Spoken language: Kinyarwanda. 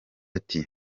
ati